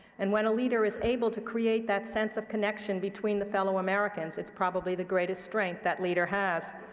and when a leader is able to create that sense of connection between the fellow americans, it's probably the greatest strength that leader has.